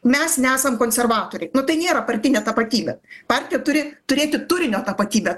mes nesam konservatoriai tai nėra partinė tapatybė partija turi turėti turinio tapatybę